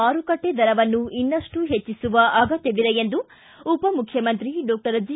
ಮಾರುಕಟ್ಟೆ ದರವನ್ನು ಇನ್ನಷ್ಟು ಹೆಚ್ಚಿಸುವ ಅಗತ್ತವಿದೆ ಎಂದು ಉಪಮುಖ್ಯಮಂತ್ರಿ ಡಾಕ್ಟರ್ ಜೆ